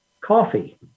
coffee